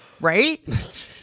right